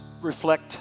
reflect